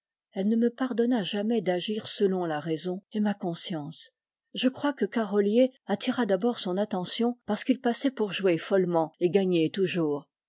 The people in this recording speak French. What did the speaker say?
elle ne me pardonna jamais d'agir selon la raison et ma conscience je crois que carolyié attira d'abord son attention parce qu'il passait pour jouer follement et gagner toujours